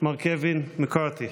מר קווין מקארתי.